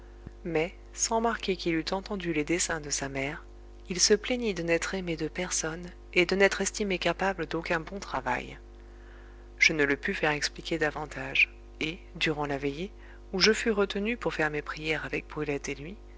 mais sans marquer qu'il eût entendu les desseins de sa mère il se plaignit de n'être aimé de personne et de n'être estimé capable d'aucun bon travail je ne le pus faire expliquer davantage et durant la veillée où je fus retenu pour faire mes prières avec brulette et lui